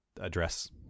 address